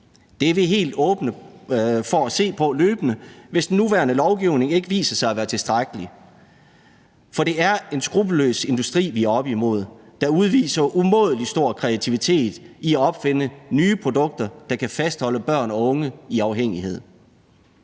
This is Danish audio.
Det er vi helt åbne for at se på løbende, hvis den nuværende lovgivning ikke viser sig at være tilstrækkelig. For det er en skruppelløs industri, vi er oppe imod, der udviser umådelig stor kreativitet med hensyn til at opfinde nye produkter, der kan fastholde børn og unge i afhængighed.